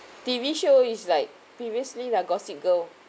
T_V show is like previously lah gossip girl